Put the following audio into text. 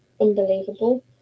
unbelievable